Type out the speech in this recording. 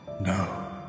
No